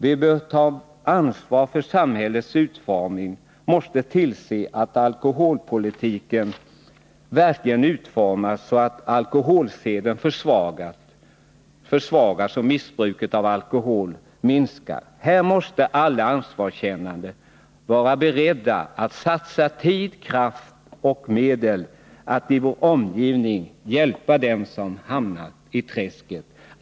Vi bör ta ansvar för samhällets utformning och tillse att alkoholpolitiken verkligen utformas så"att alkoholseden försvagas och missbruket av alkohol minskas. Här måste alla ansvarskännande vara beredda att satsa tid, kraft och medel för att i sin omgivning hjälpa dem som hamnat i träsket.